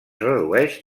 redueix